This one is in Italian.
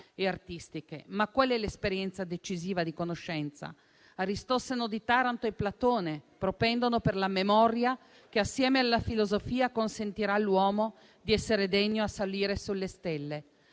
e artistiche, ma qual è l'esperienza decisiva di conoscenza? Aristosseno di Taranto e Platone propendono per la memoria che, assieme alla filosofia, consentirà all'uomo di essere degno di salire sulle stelle.